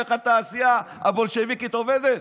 איך התעשייה הבולשביקית עובדת?